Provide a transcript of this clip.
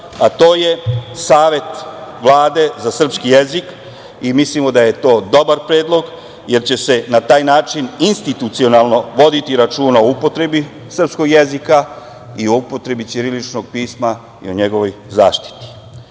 a to je Savet Vlade za srpski jezik i mi mislimo da je to dobar predlog jer će se na taj način institucionalno voditi računa o upotrebi srpskog jezika i o upotrebi ćiriličnog pisma i o njegovoj zaštiti. Država